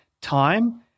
time